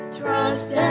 trust